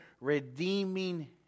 redeeming